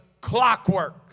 clockwork